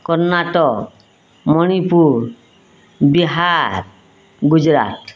Karnataka Manipur Bihar Gujarat